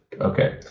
Okay